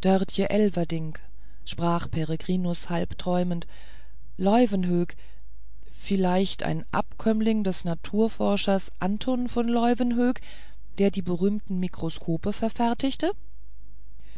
dörtje elverdink sprach peregrinus halb träumend leuwenhoek vielleicht ein abkömmling des naturforschers anton von leuwenhoek der die berühmten mikroskope verfertigte